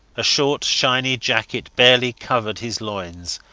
a short shiny jacket barely covered his loins,